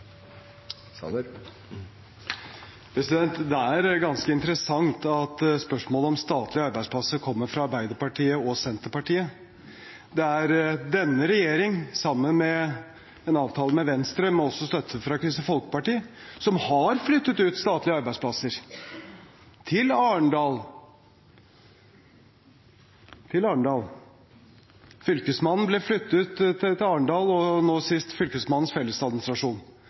Sørlandet? Det er ganske interessant at spørsmålet om statlige arbeidsplasser kommer fra Arbeiderpartiet og Senterpartiet. Det er denne regjeringen, sammen med en avtale med Venstre, men også med støtte fra Kristelig Folkeparti, som har flyttet ut statlige arbeidsplasser til Arendal. Fylkesmannen ble flyttet til Arendal, og nå sist